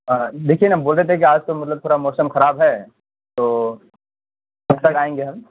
ہاں دیکھیے نا بول رہے تھے کہ آج تو مطلب تھوڑا موسم خراب ہے تو کل تک آئیں گے ہم